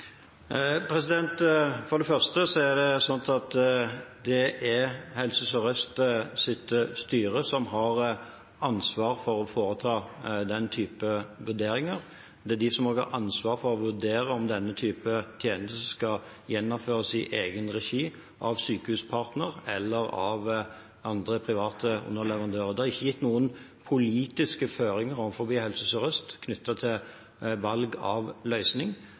For det første er det slik at det er styret i Helse Sør-Øst som har ansvar for å foreta den type vurderinger. Det er også de som har ansvar for å vurdere om denne type tjenester skal gjennomføres i egen regi, av Sykehuspartner eller av andre private underleverandører. Det er ikke gitt noen politiske føringer overfor Helse Sør-Øst knyttet til valg av løsning.